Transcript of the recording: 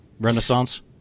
renaissance